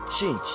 change